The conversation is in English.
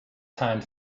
time